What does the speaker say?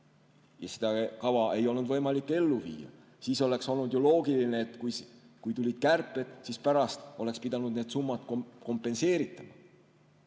Seda kava ei olnud võimalik ellu viia. Oleks olnud ju loogiline, et kui tulid kärped, siis pärast oleks pidanud need summad kompenseerima.